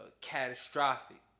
catastrophic